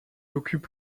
occupe